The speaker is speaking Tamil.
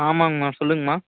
ஆமாங்கம்மா சொல்லுங்கம்மா